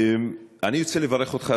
אני רוצה לברך אותך,